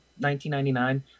1999